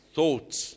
Thoughts